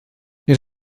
nid